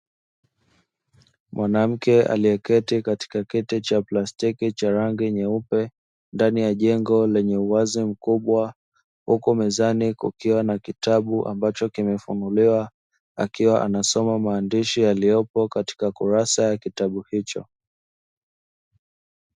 Mwanamke aliyeketi katika kiti cha plastiki cha rangi nyeupe ndani ya jengo lenye uwazi mkubwa, huku mezani kukiwa na kitambu ambacho kimefunuliwa. Akiwa anasoma maandishi yaliyopo katika kurasa ya kitabu hicho.